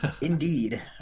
indeed